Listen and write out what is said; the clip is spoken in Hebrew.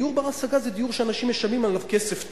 דיור בר-השגה זה דיור שאנשים משלמים עליו כסף טוב,